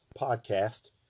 podcast